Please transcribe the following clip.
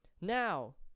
Now